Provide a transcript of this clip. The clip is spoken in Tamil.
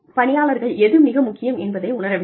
பணியாளர்கள் எது மிக முக்கியம் என்பதை உணர வேண்டும்